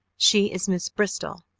she is miss bristol,